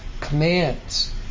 commands